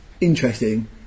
Interesting